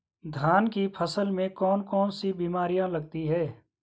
धान की फसल में कौन कौन सी बीमारियां लगती हैं?